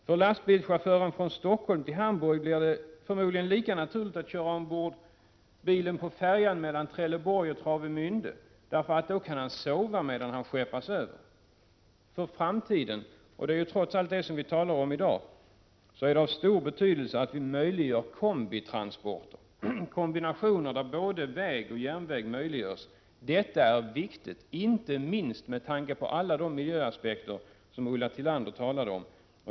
För lastbilschauffören från Stockholm som skall till Hamburg blir det förmodligen lika naturligt att köra bilen ombord på färjan mellan Trelleborg och Travemände, för då kan han sova medan han skeppas över. För framtiden — och det är ju trots allt förhållandena i framtiden som vi talar om i dag — är det av stor betydelse att vi möjliggör kombitransporter, kombinationer där både väg och järnväg kan utnyttjas. Detta är viktigt inte minst med tanke på alla de miljöaspekter som Ulla Tillander talade om.